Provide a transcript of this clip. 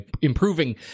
improving